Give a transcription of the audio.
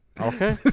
Okay